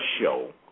show